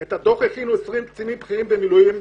את הדוח הכינו 20 קצינים בכירים במילואים,